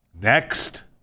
Next